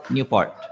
Newport